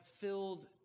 filled